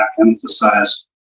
emphasize